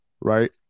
right